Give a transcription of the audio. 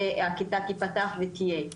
שהכיתה תיפתח ותהיה.